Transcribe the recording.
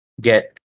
get